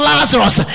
Lazarus